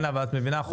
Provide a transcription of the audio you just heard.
אבל את מבינה,